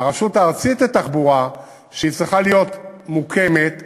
הרשות הארצית לתחבורה, שצריכה להיות מוקמת,